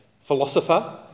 philosopher